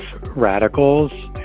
radicals